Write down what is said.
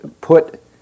put